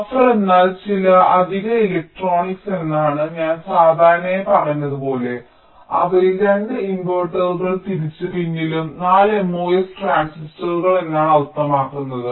buffer എന്നാൽ ചില അധിക ഇലക്ട്രോണിക്സ് എന്നാണ് ഞാൻ സാധാരണയായി പറഞ്ഞതുപോലെ അവയിൽ 2 ഇൻവെർട്ടറുകൾ തിരിച്ചും പിന്നിലും 4 MOS ട്രാൻസിസ്റ്ററുകൾ എന്നാണ് അർത്ഥമാക്കുന്നത്